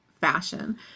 fashion